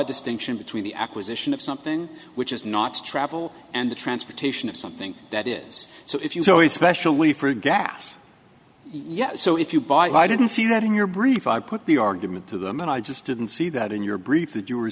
distinction between the acquisition of something which is not travel and the transportation is something that is so if you always specially for gas yes so if you buy i didn't see that in your brief i put the argument to them and i just didn't see that in your brief that you were